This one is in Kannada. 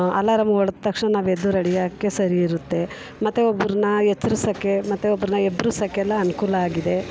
ಅಲರಾಮ್ ಹೊಡೆದ ತಕ್ಷಣ ನಾವೆದ್ದು ರೆಡಿಯಾಗೋಕ್ಕೆ ಸರಿ ಇರುತ್ತೆ ಮತ್ತು ಒಬ್ರನ್ನು ಎಚ್ಚರಿಸೋಕ್ಕೆ ಮತ್ತು ಒಬ್ರನ್ನು ಎಬ್ಬಿಸೋಕ್ಕೆಲ್ಲ ಅನುಕೂಲ ಆಗಿದೆ